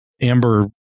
Amber